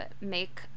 make